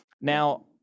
Now